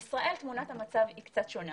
בישראל תמונת המצב היא קצת שונה.